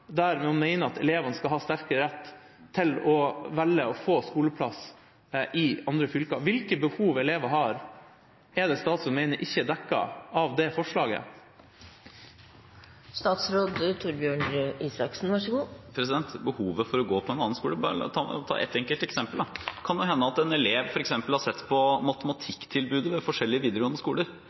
der man mener at elevene skal ha sterkere rett til å velge, og få, skoleplass i andre fylker. Hvilke behov mener statsråden elever har, som ikke er dekket av det forslaget? Det er behovet for å gå på en annen skole. For å ta ett enkelt eksempel: Det kan jo hende at en elev f.eks. har sett på matematikktilbudet ved forskjellige videregående skoler,